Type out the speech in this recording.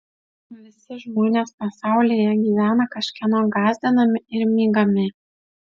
visi žmonės pasaulyje gyvena kažkieno gąsdinami ir mygami